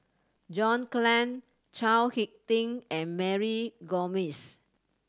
John Clang Chao Hick Tin and Mary Gomes